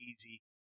easy